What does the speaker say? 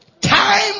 Time